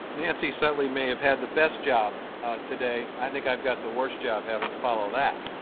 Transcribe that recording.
nancy sutley may have had the best job today. i think i've got the worst job having to follow that.